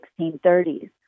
1630s